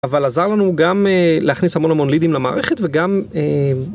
אבל עזר לנו גם להכניס המון המון לידים למערכת וגם.